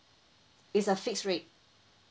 it's a fixed rate